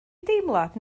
deimlad